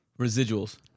Residuals